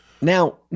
Now